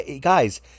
guys